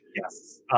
Yes